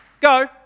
go